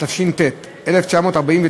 התש"ט 1949,